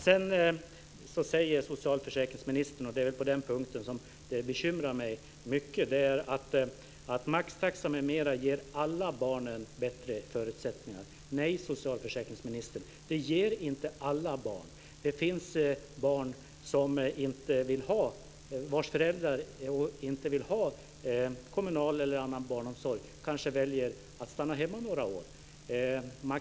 Sedan säger socialförsäkringsministern - och på den punkten är jag mycket bekymrad - att maxtaxa ger alla barn bättre förutsättningar. Nej, socialförsäkringsministern, det gäller inte alla barn. Det finns barn vars föräldrar inte vill ha kommunal eller annan barnomsorg. Man kanske väljer att stanna hemma några år.